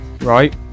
Right